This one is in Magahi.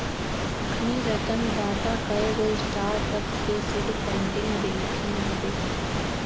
अखनी रतन टाटा कयगो स्टार्टअप के सीड फंडिंग देलखिन्ह हबे